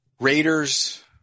Raiders